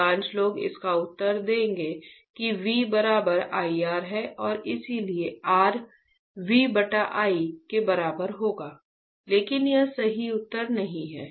अधिकांश लोग इसका उत्तर देंगे कि V बराबर IR है और इसलिए R V बटा I के बराबर होगा लेकिन यह सही उत्तर नहीं है